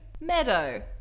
Meadow